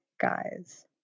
guys